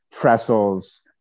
trestles